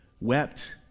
wept